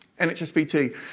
NHSBT